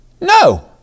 No